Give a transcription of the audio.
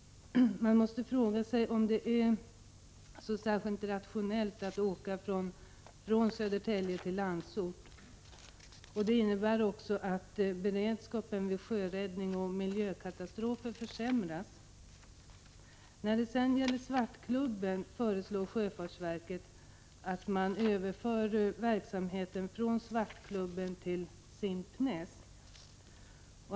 Man måste fråga sig om det är rationellt att åka från Södertälje till Landsort. Det innebär också att beredskapen vid sjöräddning och miljökatastrofer försämras. När det gäller Svartklubben föreslår sjöfartsverket att man överför verksamheten från Svartklubben till Simpnäs.